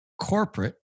corporate